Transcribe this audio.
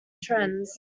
trends